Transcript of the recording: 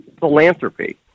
philanthropy